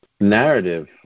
narrative